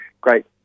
great